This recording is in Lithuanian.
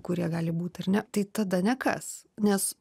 kurie gali būt ar ne tai tada nekas nes